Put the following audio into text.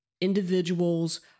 individuals